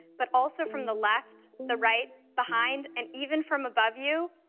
but also from the left, the right, behind, and even from above you?